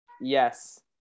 yes